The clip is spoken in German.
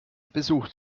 besucht